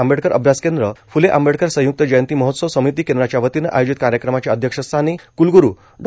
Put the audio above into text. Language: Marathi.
आंबेडकर अभ्यासकेन्द्र फ्ले आंबेडकर संय्क्त जयंती महोत्सव समिति केंद्राच्यावतीने आयोजित कार्यक्रमाच्या अध्यक्षस्थानी क्लग्रु डॉ